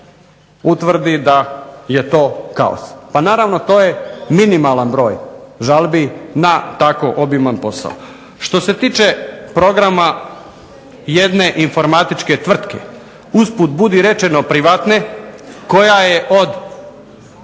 utvrdi da je to kaos. Pa naravno to je minimalan broj žalbi na tako obiman posao. Što se tiče programa jedne informatičke tvrtke, usput budi rečeno privatne, koja je od